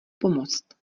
pomoct